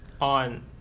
on